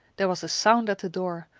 there was a sound at the door,